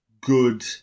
good